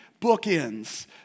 bookends